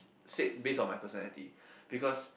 said based on my personality because